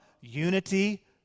unity